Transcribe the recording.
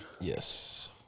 Yes